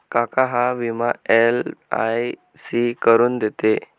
काका हा विमा एल.आय.सी करून देते